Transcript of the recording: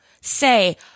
say